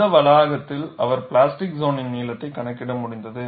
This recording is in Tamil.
அந்த வளாகத்தில் அவர் பிளாஸ்டிக் சோனின் நீளத்தை கணக்கிட முடிந்தது